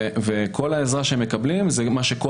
כל העזרה שהם מקבלים זה מה שמקבל גם כל